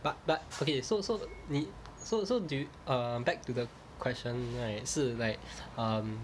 but but okay so so 你 so so do you err back to the question right 是 like um